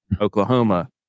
Oklahoma